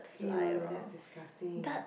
!eww! that's disgusting